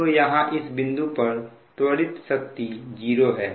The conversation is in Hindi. तो यहां इस बिंदु पर त्वरित शक्ति 0 है